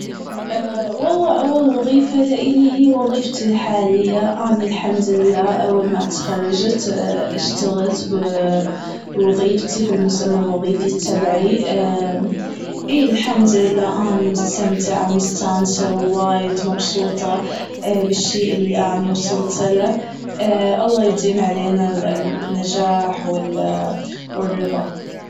والله أول وظيفة لإلي هي وظيفتي الحالية اني الحمد لله أول ما تخرجت اشتغلت بوظيفتي بالمسمى الوظيفي تبعي الحمد لله اني مستمتعة ومستانسة ووايد مبسوطة بالشيء اللي اني وصلت له الله يديم علينا النجاح والرضى.